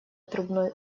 трубной